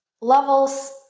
Levels